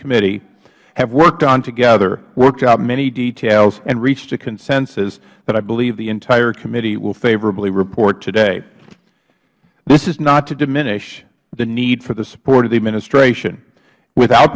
committee have worked on together worked out many details and reached a consensus that i believe the entire committee will favorably report today this is not to diminish the need for the support of the administration without